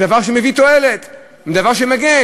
כי זה דבר שמביא תועלת, דבר שמגן.